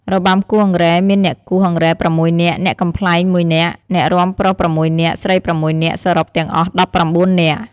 របាំគោះអង្រែមានអ្នកគោះអង្រែ៦នាក់ អ្នកកំប្លែង១នាក់ អ្នករាំប្រុស៦នាក់ស្រី៦នាក់ សរុបទាំងអស់១៩នាក់។